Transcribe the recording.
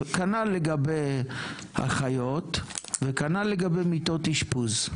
כנ"ל לגבי אחיות וכנ"ל לגבי מיטות אשפוז.